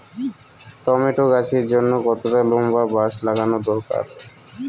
Tomato গাছের জন্যে কতটা লম্বা বাস লাগানো দরকার?